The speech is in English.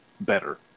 better